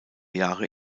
jahre